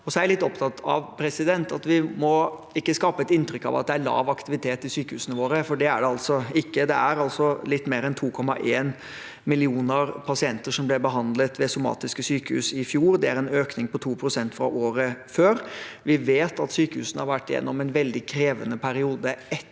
Jeg er også litt opptatt av at vi ikke må skape et inntrykk av at det er lav aktivitet i sykehusene våre, for det er det ikke. Det var litt mer enn 2,1 millioner pasienter som ble behandlet ved somatiske sykehus i fjor, og det er en økning på 2 pst. fra året før. Vi vet at sykehusene har vært gjennom en veldig krevende periode etter